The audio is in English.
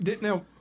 Now